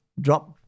drop